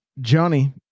Johnny